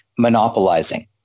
monopolizing